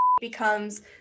becomes